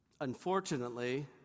Unfortunately